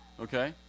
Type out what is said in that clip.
Okay